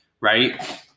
right